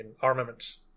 armaments